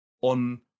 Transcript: on